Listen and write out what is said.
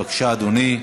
בבקשה, אדוני.